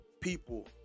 people